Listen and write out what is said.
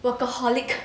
workaholic